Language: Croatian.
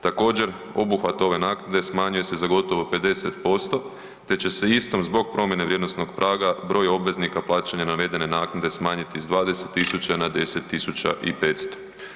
Također obuhvat ove naknade smanjuje se za gotovo 50% te će se istom zbog promjene vrijednosnog praga broj obveznika plaćanja navedene naknade smanjiti s 20.000 na 10.500.